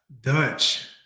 Dutch